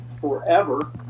forever